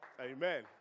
Amen